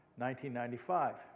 1995